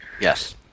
Yes